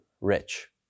rich